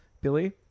Billy